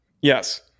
Yes